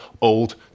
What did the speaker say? old